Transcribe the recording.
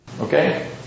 Okay